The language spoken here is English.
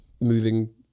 moving